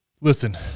listen